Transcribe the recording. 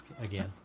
again